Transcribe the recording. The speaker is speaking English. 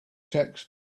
text